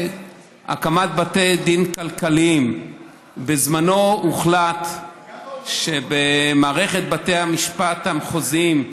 דין כלכליים: בזמנו הוחלט שבמערכת בתי המשפט המחוזיים,